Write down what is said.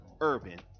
Urban